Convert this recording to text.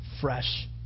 fresh